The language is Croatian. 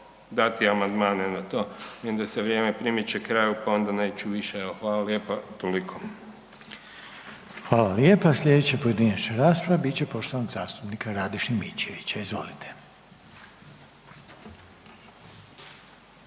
dati amandmane na to. Vidim da se vrijeme primiče kraju pa onda neću više, evo hvala lijepa, toliko. **Reiner, Željko (HDZ)** Hvala lijepo. Sljedeća pojedinačna rasprava bit će poštovanog zastupnika Rade Šimičevića. Izvolite.